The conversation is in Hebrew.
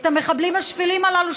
את המחבלים השפלים הללו,